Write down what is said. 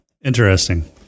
interesting